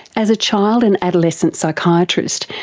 as a child and adolescent psychiatrist,